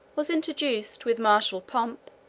was introduced, with martial pomp,